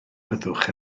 byddwch